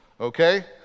Okay